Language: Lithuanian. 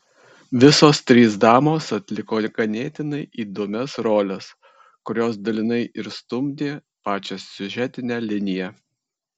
visos trys damos atliko ganėtinai įdomias roles kurios dalinai ir stumdė pačią siužetinę liniją